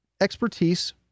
expertise